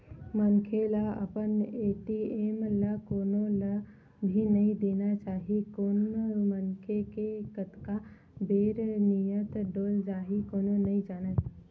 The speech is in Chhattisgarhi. मनखे ल अपन ए.टी.एम ल कोनो ल भी नइ देना चाही कोन मनखे के कतका बेर नियत डोल जाही कोनो नइ जानय